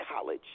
college